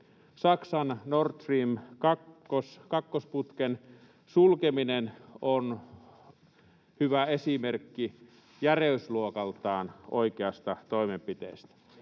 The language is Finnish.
Saksan Nord Stream ‑kakkosputken sulkeminen on hyvä esimerkki järeysluokaltaan oikeasta toimenpiteestä.